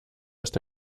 ist